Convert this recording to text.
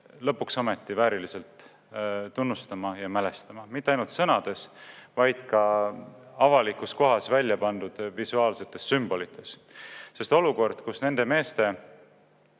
lõpuks ometi vääriliselt tunnustama ja mälestama, seda mitte ainult sõnades, vaid ka avalikus kohas välja pandud visuaalsetes sümbolites. Sest olukord, kus nende meeste